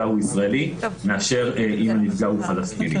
הוא ישראלי מאשר אם הנפגע הוא פלסטיני.